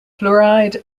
fluoride